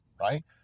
right